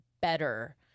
better